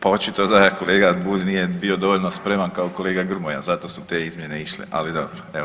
Pa očito da kolega Bulj nije bio dovoljno spreman kao kolega Grmoja zato su te izmjene išle, ali dobro.